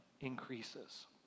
increases